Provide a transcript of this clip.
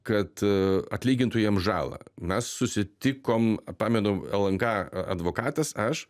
kad atlygintų jam žalą mes susitikom pamenu lnk advokatas aš